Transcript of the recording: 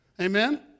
Amen